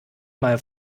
mal